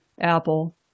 Apple